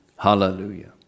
Hallelujah